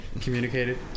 Communicated